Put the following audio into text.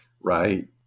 Right